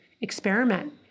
experiment